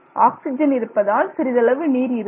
oxygen இருப்பதால் சிறிதளவு நீர் இருக்கும்